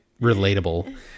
relatable